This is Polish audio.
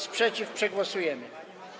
Sprzeciw przegłosujemy.